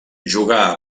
jugà